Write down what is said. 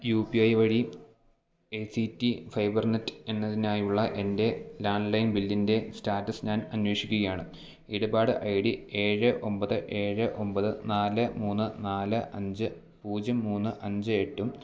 U P I വഴി A C T Fibernet എന്നതിനായുള്ള എൻ്റെ ലാൻഡ് ലൈൻ ബില്ലിൻ്റെ സ്റ്റാറ്റസ് ഞാൻ അന്വേഷിക്കുകയാണ് ഇടപാട് ഐ ഡി ഏഴ് ഒമ്പത് ഏഴ് ഒമ്പത് നാല് മൂന്ന് നാല് അഞ്ച് പൂജ്യം മൂന്ന് അഞ്ച് എട്ടും എൻ്റെ ലാൻഡ് ലൈൻ നമ്പറിൻ്റെ അവസാന നാലക്കങ്ങൾ അക്കങ്ങൾ രണ്ട് മൂന്ന് ഒമ്പത് നാലും ഉപയോഗിച്ചാണ് പേയ്മെൻ്റ് ലഭിച്ചതെന്നു നിങ്ങൾക്കു സ്ഥിരീകരിക്കാൻ കഴിയുമോ